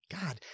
God